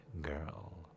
girl